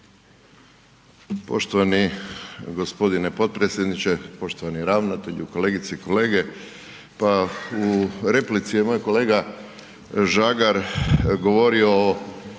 Poštovani g. potpredsjedniče, poštovani ravnatelju, kolegice i kolege. Pa u replici je moj kolega Žagar govorio o